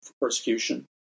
persecution